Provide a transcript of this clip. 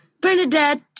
Bernadette